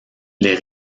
les